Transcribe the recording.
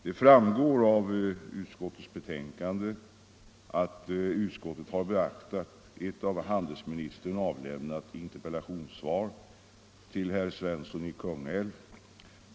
Det framgår av utskottets betänkande att utskottet har beaktat ett av handelsministern avlämnat interpellationssvar till herr Svensson i Kungälv.